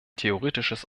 theoretisches